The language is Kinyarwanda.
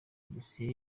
dosiye